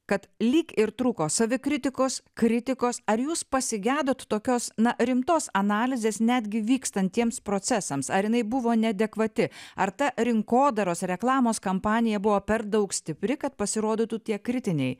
kad lyg ir trūko savikritikos kritikos ar jūs pasigedot tokios na rimtos analizės netgi vykstantiems procesams ar jinai buvo neadekvati ar ta rinkodaros reklamos kampanija buvo per daug stipri kad pasirodytų tie kritiniai